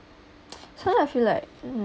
sometime I feel like mm